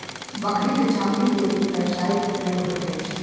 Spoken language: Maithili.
बकरीक चमड़ी के व्यवसायिक उपयोग होइत अछि